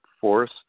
force